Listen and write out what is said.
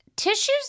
Tissues